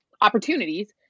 opportunities